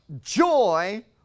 joy